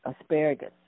Asparagus